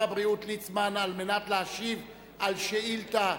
שר הבריאות ליצמן, על מנת להשיב על שאילתא.